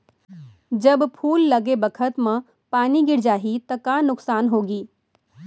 जब फूल लगे बखत म पानी गिर जाही त का नुकसान होगी?